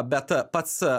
bet a pats a